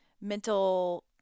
mental